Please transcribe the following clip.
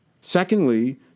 Secondly